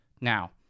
Now